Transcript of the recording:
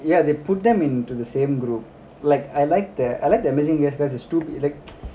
ya they put them into the same group like I like the I like the amazing race cause there's two lik~